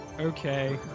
Okay